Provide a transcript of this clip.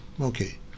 okay